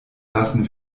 lassen